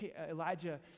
Elijah